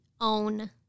own